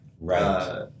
Right